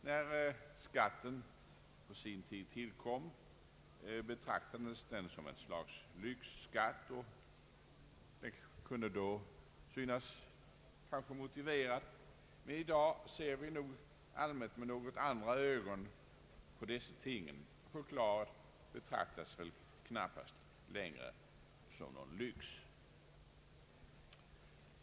När skatten på sin tid tillkom, betraktades den som ett slags lyxskatt, och detta kunde kanske då synas motiverat, men i dag ser vi nog i allmänhet med något andra ögon på dessa ting — choklad betraktas väl knappast längre som någon lyx.